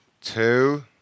two